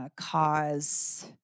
cause